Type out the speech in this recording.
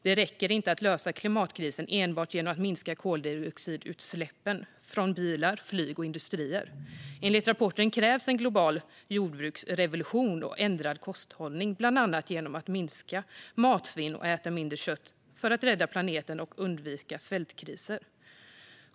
Det räcker inte att lösa klimatkrisen enbart genom att minska koldioxidutsläpp från bilar, flyg och industrier. Enligt rapporten krävs en global jordbruksrevolution och ändrad kosthållning, bland annat genom att man minskar matsvinn och äter mindre kött, för att rädda planeten och undvika svältkriser.